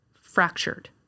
fractured